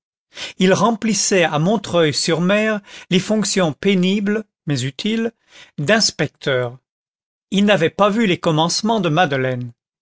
il remplissait à montreuil sur mer les fonctions pénibles mais utiles d'inspecteur il n'avait pas vu les commencements de madeleine